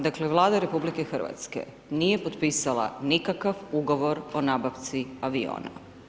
Dakle, vlada RH nije potpisala nikakav ugovor o nabavci aviona.